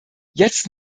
jetzt